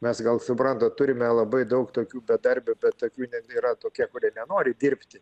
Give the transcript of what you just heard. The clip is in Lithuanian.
mes gal suprantat turime labai daug tokių bedarbių bet tokių ne yra tokie kurie nenori dirbti